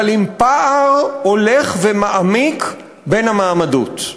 אבל עם פער הולך ומעמיק בין המעמדות.